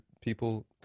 people